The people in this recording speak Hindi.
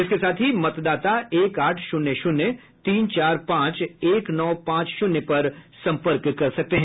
इसके साथ ही मतदाता एक आठ शून्य शून्य तीन चार पांच एक नौ पांच शून्य पर संपर्क कर सकते हैं